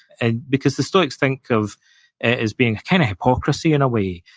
and because the stoics think of it as being kind of hypocrisy, in a way,